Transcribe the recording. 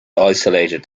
isolated